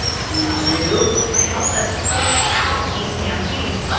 youtube to help us push out these campaigns.